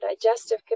digestive